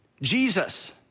Jesus